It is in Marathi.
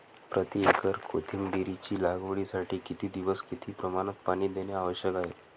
प्रति एकर कोथिंबिरीच्या लागवडीसाठी किती दिवस किती प्रमाणात पाणी देणे आवश्यक आहे?